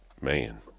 Man